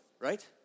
right